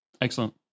Excellent